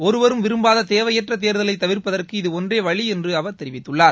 ஒருவரும் விரும்பாத தேவையற்ற தேர்தலை தவிர்ப்பதற்கு இது ஒன்றே வழி என்று அவர் தெரிவித்துள்ளார்